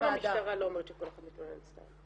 גם המשטרה לא אומרת שכל אחד מתלוננת סתם.